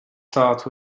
start